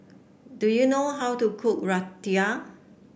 do you know how to cook Raita